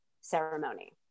ceremony